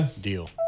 deal